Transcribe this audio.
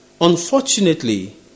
Unfortunately